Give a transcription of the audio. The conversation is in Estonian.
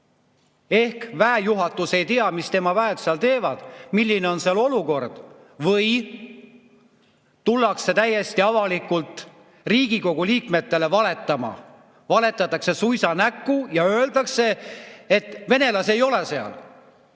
Kas väejuhatus ei tea, mida tema sõdurid seal teevad, milline on seal olukord? Või tullakse täiesti avalikult Riigikogu liikmetele valetama, valetatakse suisa näkku ja öeldakse, et venelasi ei ole seal.